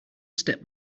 step